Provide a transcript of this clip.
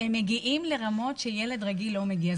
הם מגיעים לרמות שילד רגיל לא מגיע.